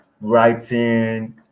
writing